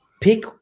Pick